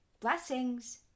Blessings